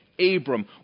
abram